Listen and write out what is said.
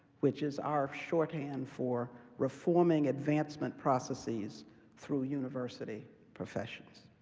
which is our shorthand for reforming advancement processes through university professions.